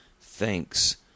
thanks